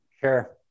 Sure